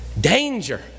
Danger